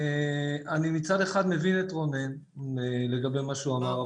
אני מצד אחד מבין את רונן לגבי מה שהוא אמר.